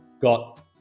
got